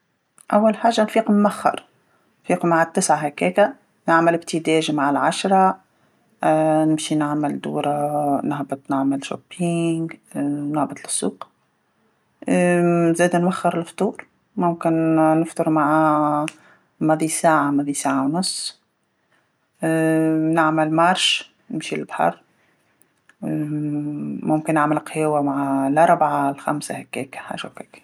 اول حاجه نفيق ماخر، نفيق مع التسعه هكاكا نعمل فطور صغير مع العشره، نمشي نعمل دوره نهبط نعمل تسوق، نهبط للسوق، زاده نوخر الفطور ممكن نفطر مع ماضي ساعه ماضي ساعه ونص، نعمل مشي، نمشي للبحر، ممكن نعمل قهيوه مع الربعه الخمسه هكاكا حاجه هكاكا،